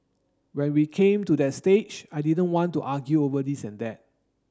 when we came to that stage I didn't want to argue over this and that